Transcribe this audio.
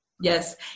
Yes